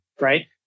right